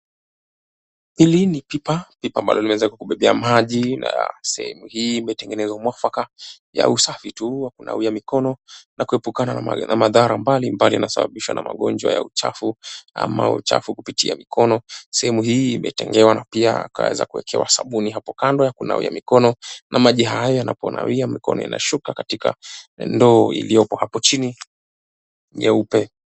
Hili ni pipa. Pipa ambalo limeweza kukubebea maji na sehemu hii imetengenezwa mwafaka ya usafi tu wa kunawia mikono na kuepukana na madhara mbali mbali yanayosababishwa na magonjwa ya uchafu, ama uchafu kupitia mikono. Sehemu hii imetengewa na pia ikaweza kuwekewa sabuni hapo kando ya kunawia mikono, na maji haya yanaponawia mikono inashuka katika ndoo iliyopo hapo chini nyeupe.